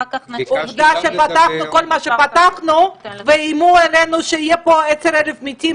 עובדה שפתחנו כל מה שפתחנו ואיימו עלינו שיהיו פה 10,000 מתים.